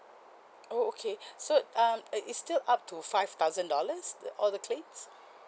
oh okay so um uh it's still up to five thousand dollars all the claims